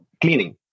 cleaning